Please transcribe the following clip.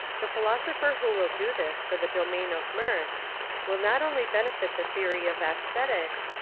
the philosopher who will do this for the domain of mirth will not only benefit the theory of aesthetics,